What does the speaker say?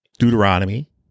Deuteronomy